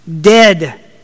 dead